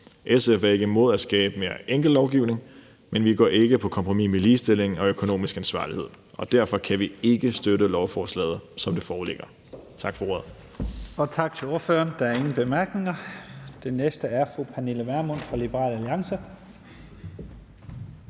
SF er ikke imod at skabe mere enkel lovgivning, men vi går ikke på kompromis med ligestilling og økonomisk ansvarlighed. Derfor kan vi ikke støtte lovforslaget, som det foreligger. Tak for ordet. Kl. 16:11 Første næstformand (Leif Lahn Jensen): Tak til ordføreren. Der er ingen korte bemærkninger. Den næste er fru Pernille Vermund fra Liberal Alliance.